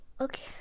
Okay